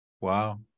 Wow